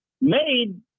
made